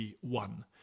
one